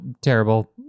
terrible